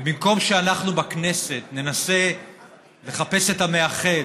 ובמקום שאנחנו בכנסת ננסה לחפש את המאחד,